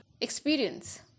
experience